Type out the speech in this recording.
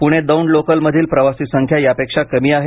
Pune Daund local मधील प्रवासी संख्या यापेक्षा कमी आहे